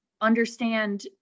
understand